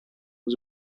was